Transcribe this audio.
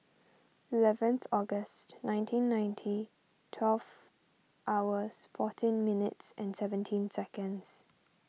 eleventh August nineteen ninety twelve hours fourteen minutes seventeen seconds